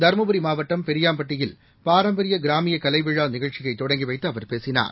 தருமபுரி மாவட்டம் பெரியாம்பட்டியில் பாரம்பரிய கிராமிய கலைவிழா நிகழ்ச்சியை தொடங்கி வைத்து அவர் பேசினார்